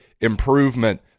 improvement